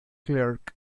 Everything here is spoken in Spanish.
clarke